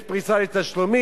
יש פריסת תשלומים.